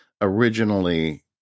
originally